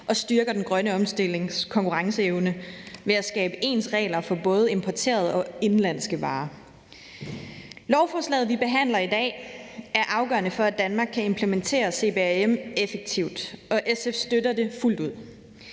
og styrker den grønne omstillings konkurrenceevne ved at skabe ens regler for både importerede udenlandske varer. Lovforslaget, vi behandler i dag, er afgørende for, at Danmark kan implementere CBAM-forordningen effektivt, og SF støtter det fuldt ud.